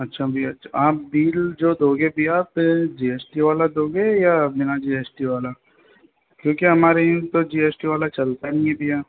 अच्छा भैया आप बिल जो दोगे भैया फिर जी एस टी वाला दोगे या बिना जी एस टी वाला क्योंकि हमारे यूँ तो जी एस टी वाला चलता नहीं है भैया